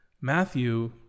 Matthew